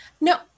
No